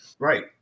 Right